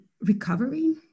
recovery